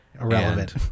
Irrelevant